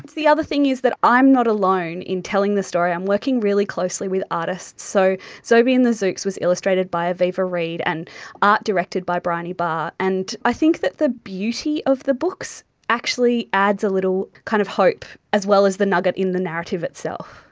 the other thing is that i'm not alone in telling the story. i'm working really closely with artists. so zobi and the zoox was illustrated by aviva reed and art directed by briony barr, and i think that the beauty of the books actually adds a little kind of hope as well as the nugget in the narrative itself.